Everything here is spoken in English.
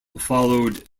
followed